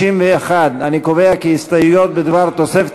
61. אני קובע כי ההסתייגויות בדבר תוספת